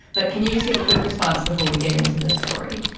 but can you just give a quick response before we get into this story?